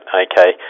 okay